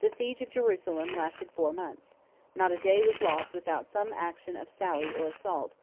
the siege of jerusalem lasted four months not a day was lost without some action of sally or assault